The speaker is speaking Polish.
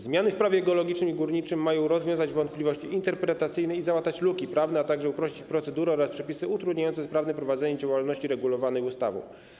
Zmiany w Prawie geologicznym i górniczym mają rozwiać wątpliwości interpretacyjne i załatać luki prawne, a także uprościć procedury oraz przepisy utrudniające sprawne prowadzenie działalności regulowanej ustawą.